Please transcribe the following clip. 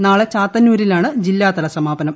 നാളെ ചാത്തന്നൂരിലാണ് ജില്ലാതല സമാപനം